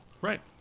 Right